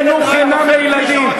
וחינוך חינם לילדים.